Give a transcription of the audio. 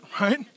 Right